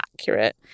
accurate